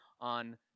on